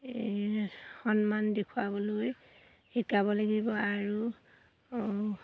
এই সন্মান দেখুৱাবলৈ শিকাব লাগিব আৰু